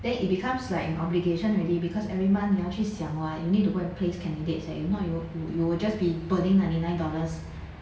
then it becomes like an obligation really because every month 你要去想 [what] you need to go and place candidates eh if not you will you will just be putting ninety nine dollars